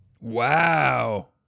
Wow